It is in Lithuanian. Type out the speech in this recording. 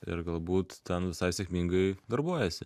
ir galbūt ten visai sėkmingai darbuojasi